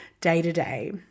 day-to-day